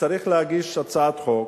שצריך להגיש הצעת חוק,